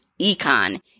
econ